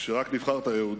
כשרק נבחרת, אהוד,